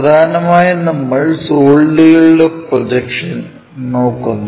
പ്രധാനമായും നമ്മൾ സോളിഡുകളുടെ പ്രൊജക്ഷൻ നോക്കുന്നു